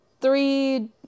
three